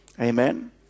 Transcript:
amen